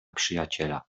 przyjaciela